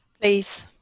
please